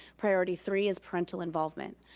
priority three is parental involvement.